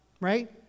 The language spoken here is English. Right